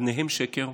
אדניהם שקר,